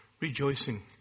rejoicing